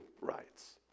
rights